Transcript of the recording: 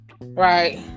Right